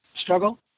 struggle